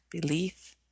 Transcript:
belief